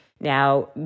Now